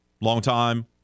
longtime